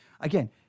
again